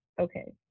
okay